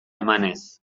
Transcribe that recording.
emanez